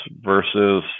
versus